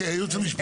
הייעוץ המשפטי.